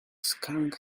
scaring